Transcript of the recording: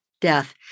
Death